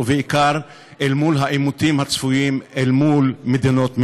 ובעיקר אל מול העימותים הצפויים אל מול מדינות מתונות.